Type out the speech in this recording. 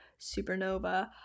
supernova